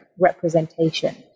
representation